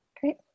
Great